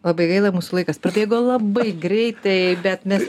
labai gaila mūsų laikas prabėgo labai greitai bet mes